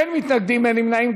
אין מתנגדים, אין נמנעים.